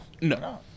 No